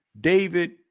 David